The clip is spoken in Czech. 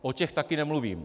O těch také nemluvím.